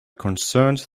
concerned